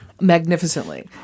magnificently